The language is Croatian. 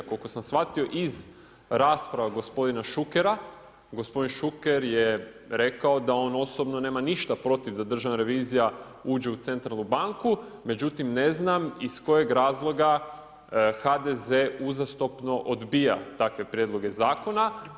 Koliko sam shvatio iz rasprava gospodina Šukera, gospodin Šuker je rekao, da on osobno nema ništa protiv da državna revizija uđe u centralnu banku, međutim, ne znam, iz kojeg razloga HDZ uzastopno odbija takve prijedloge zakona.